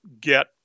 get